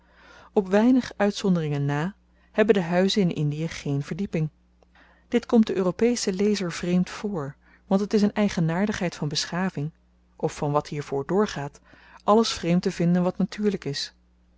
op weinig uitzonderingen na hebben de huizen in indie geen verdieping dit komt den europeschen lezer vreemd voor want het is een eigenaardigheid van beschaving of van wat hiervoor doorgaat alles vreemd te vinden wat natuurlyk is